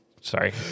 sorry